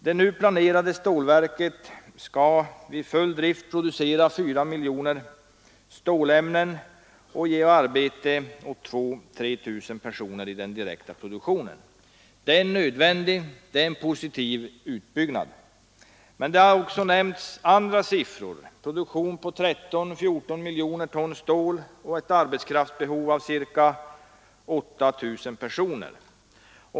Det nu planerade stålverket skall vid full drift producera 4 miljoner ton stålämnen och ge arbete åt 2 300 personer i den direkta produktionen. Det är en nödvändig och positiv utbyggnad. Men det har också förekommit uppgifter om en produktion av 13—14 miljoner ton stål och ett arbetskraftsbehov av ca 8 000 personer.